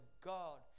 God